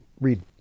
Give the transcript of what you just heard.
read